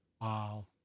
wow